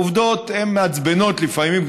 העובדות מעצבנות לפעמים,